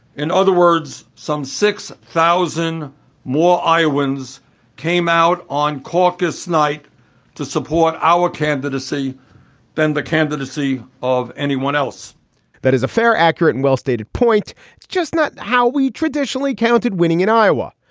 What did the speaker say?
in other words, some six thousand more iowans came out on caucus night to support our candidacy than the candidacy of anyone else that is a fair, accurate and well stated point. it's just not how we traditionally counted winning in iowa,